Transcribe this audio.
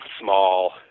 small